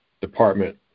Department